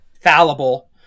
fallible